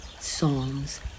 songs